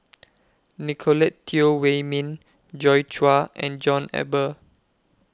Nicolette Teo Wei Min Joi Chua and John Eber